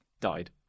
Died